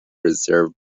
reserve